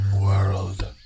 world